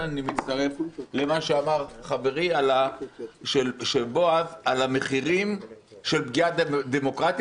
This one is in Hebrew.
אני מצטרף למה שאמר חברי בועז על המחירים של הפגיעה בדמוקרטיה.